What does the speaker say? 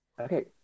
Okay